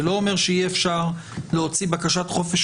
זה לא אומר שאי אפשר יהיה להוציא בקשת חופש